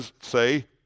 say